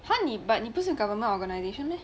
!huh! 你 but 你不是 government organization meh